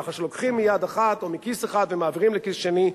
כך שלוקחים מיד אחת או מכיס אחד ומעבירים לכיס שני,